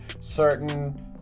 certain